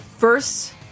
First